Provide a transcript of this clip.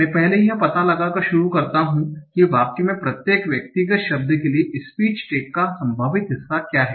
मैं पहले यह पता लगाकर शुरू करता हूं कि वाक्य में प्रत्येक व्यक्तिगत शब्द के लिए स्पीच टैग का संभावित हिस्सा क्या है